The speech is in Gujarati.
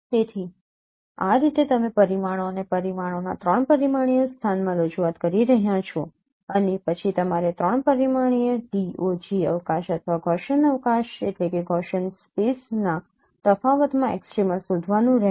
તેથી આ રીતે તમે પરિમાણો અને પરિમાણોના 3 પરિમાણીય સ્થાનમાં રજૂઆત કરી રહ્યાં છો અને પછી તમારે 3 પરિમાણીય DoG અવકાશ અથવા ગૌસિયન અવકાશના તફાવતમાં એક્સટ્રિમા શોધવાનું રહેશે